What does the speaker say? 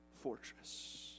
fortress